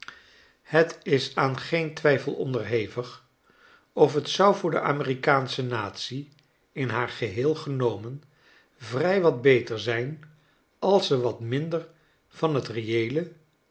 het is aan geen twijfel onderhevig of t zou voor de amerikaansche natie in haar geheel genomen vrij wat beter zijn als ze wat minder van t reeele